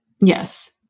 Yes